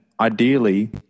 ideally